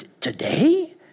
Today